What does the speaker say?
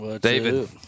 David